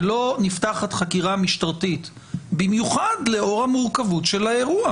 ולא נפתחת חקירה משטרתית במיוחד לאור המורכבות של האירוע.